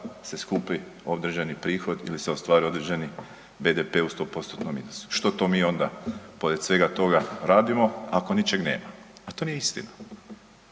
se skupi određeni prihod ili se ostvare određeni BDP u 100%-tnom iznosu? Što to mi onda pored svega toga radimo ako ničeg nema? A to nije istina.